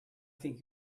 think